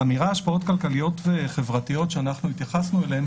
האמירה "השפעות כלכליות וחברתיות" שאנחנו התייחסנו אליהן